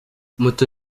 moto